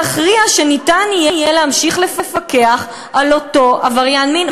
להכריע שניתן יהיה להמשיך לפקח על אותו עבריין מין,